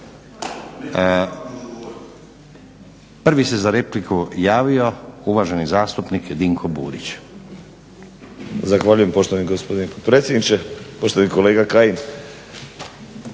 Prvi se za repliku javio uvaženi zastupnik Dinko Burić.